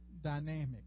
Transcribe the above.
dynamic